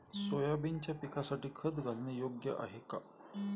सोयाबीनच्या पिकासाठी खत घालणे योग्य आहे का?